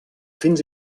fins